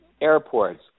airports